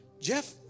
Jeff